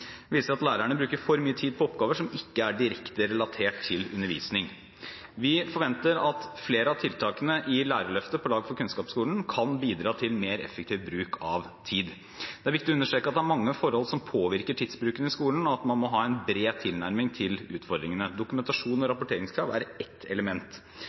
viser at lærerne bruker for mye tid på oppgaver som ikke er direkte relatert til undervisning. Vi forventer at flere av tiltakene i Lærerløftet – På lag for kunnskapsskolen kan bidra til mer effektiv bruk av tid. Det er viktig å understreke at det er mange forhold som påvirker tidsbruken i skolen, og at man må ha en bred tilnærming til utfordringene. Dokumentasjons- og rapporteringskrav er ett element.